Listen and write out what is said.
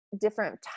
different